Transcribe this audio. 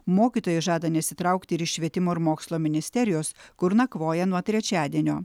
mokytojai žada nesitraukti iš švietimo ir mokslo ministerijos kur nakvoja nuo trečiadienio